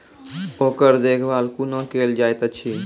ओकर देखभाल कुना केल जायत अछि?